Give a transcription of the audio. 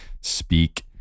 speak